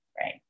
right